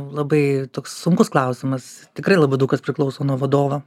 labai toks sunkus klausimas tikrai labai daug kas priklauso nuo vadovo